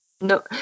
No